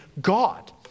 God